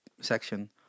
section